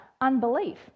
unbelief